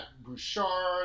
Bouchard